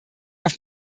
auf